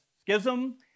schism